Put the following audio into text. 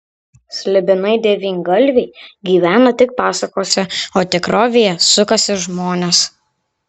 slibinai devyngalviai gyvena tik pasakose o tikrovėje sukasi žmonės